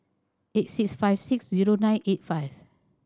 three eight five six zero nine eight five